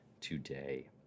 today